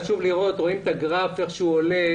רואים את הגרף איך שהוא עולה.